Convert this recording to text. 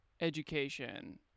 education